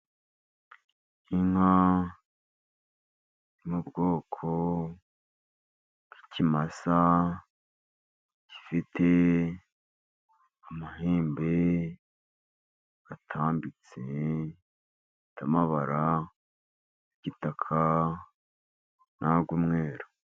Inka y'ubwoko bw'ikimasa gifite amahembe atambitse, gifite amabara y'igitaka, n'ay'umweru.